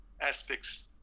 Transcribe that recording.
aspects